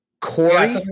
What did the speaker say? Corey